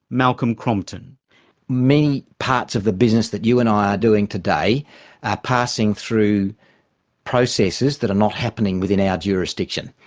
malcolm crompton many parts of the business that you and i are doing today are passing through processes that are not happening within our jurisdiction.